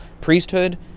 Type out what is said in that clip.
priesthood